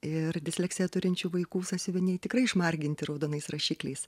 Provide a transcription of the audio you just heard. ir disleksiją turinčių vaikų sąsiuviniai tikrai išmarginti raudonais rašikliais